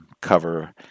cover